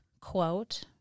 quote